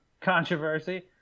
controversy